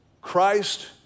Christ